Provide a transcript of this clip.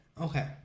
okay